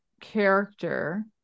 character